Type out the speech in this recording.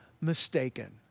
mistaken